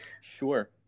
sure